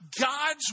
God's